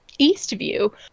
Eastview